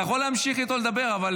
אתה יכול להמשיך לדבר איתו,